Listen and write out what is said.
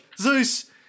Zeus